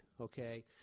Okay